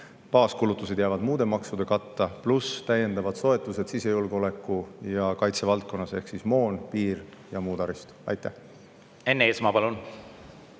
Baaskulutused jäävad muude maksude katta, pluss täiendavad soetused sisejulgeoleku ja kaitse valdkonnas ehk moon, piir ja muu taristu. Enn Eesmaa, palun!